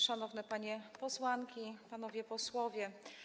Szanowne Panie Posłanki i Panowie Posłowie!